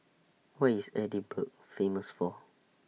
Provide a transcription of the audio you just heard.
What IS Edinburgh Famous For